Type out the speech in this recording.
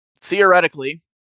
Theoretically